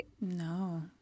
No